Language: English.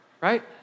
right